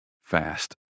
fast